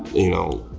you know,